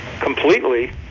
completely